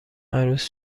عروس